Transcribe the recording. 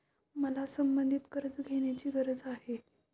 मला संबंधित कर्ज घेण्याची गरज आहे